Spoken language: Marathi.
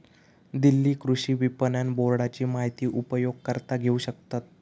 दिल्ली कृषि विपणन बोर्डाची माहिती उपयोगकर्ता घेऊ शकतत